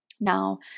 Now